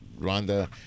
Rhonda